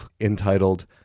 entitled